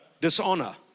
dishonor